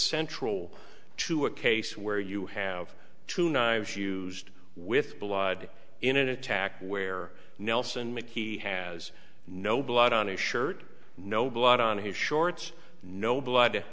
central to a case where you have two knives used with blood in an attack where nelson mckee has no blood on his shirt no blood on his shorts no blood